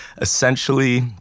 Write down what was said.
essentially